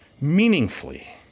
meaningfully